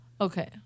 Okay